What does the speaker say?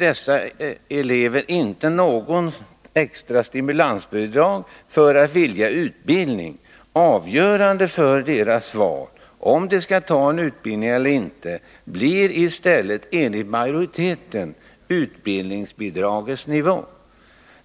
dessa elever inte något extra stimulansbidrag för att vilja utbilda sig. Avgörandet för deras val, om de skall ta utbildning eller inte, blir i stället enligt majoriteten utbildningsbidragets nivå.